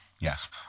Yes